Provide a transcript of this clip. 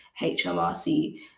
HMRC